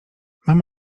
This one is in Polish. mam